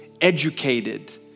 educated